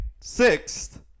sixth